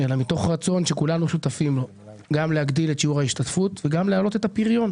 הם מוצגים מתוך רצון להגדיל את שיעור ההשתתפות ולהעלות את הפריון.